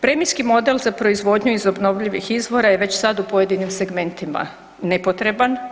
Premijski model za proizvodnju iz obnovljivih izvora je već sada u pojedinim segmentima nepotreban.